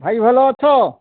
ଭାଇ ଭଲ ଅଛ